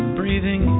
breathing